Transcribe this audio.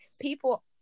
people